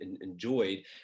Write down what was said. enjoyed